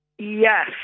Yes